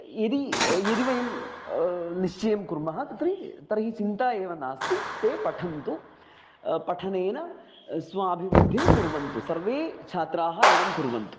यदि यदि वयं निश्चयं कुर्मः तत्र तर्हि चिन्ता एव नास्ति ते पठन्तु पठनेन स्वाभिवृद्धिं कुर्वन्तु सर्वे छात्राः एवं कुर्वन्तु